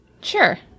Sure